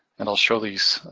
and i'll show these,